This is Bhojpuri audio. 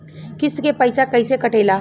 किस्त के पैसा कैसे कटेला?